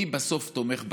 מי בסוף תומך בטרור,